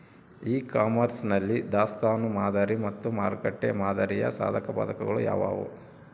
E commerce ನಲ್ಲಿ ದಾಸ್ತನು ಮಾದರಿ ಮತ್ತು ಮಾರುಕಟ್ಟೆ ಮಾದರಿಯ ಸಾಧಕಬಾಧಕಗಳು ಯಾವುವು?